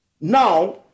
Now